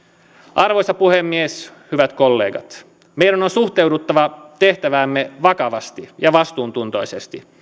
arvoisa puhemies hyvät kollegat meidän on suhtauduttava tehtäväämme vakavasti ja vastuuntuntoisesti